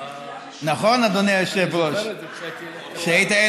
נכון, אדוני היושב-ראש?